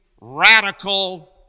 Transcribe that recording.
radical